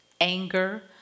anger